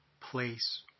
place